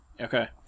Okay